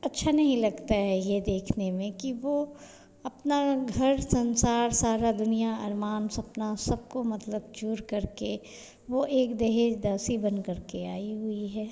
अच्छा नहीं लगता है यह देखने में कि वह अपना घर संसार सारी दुनिया अरमान सपना सबको मतलब चूर करके वह एक दहेज दासी बनकर के आई हुई है